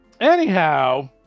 Anyhow